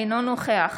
אינו נוכח